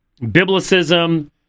biblicism